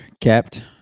kept